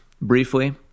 briefly